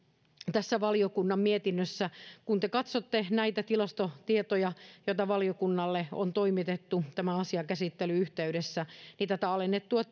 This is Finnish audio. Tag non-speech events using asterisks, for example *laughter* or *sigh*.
tässä valiokunnan mietinnössä kun te katsotte näitä tilastotietoja joita valiokunnalle on toimitettu tämän asian käsittelyn yhteydessä niin tätä alennettua *unintelligible*